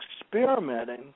experimenting